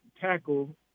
tackle